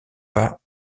pas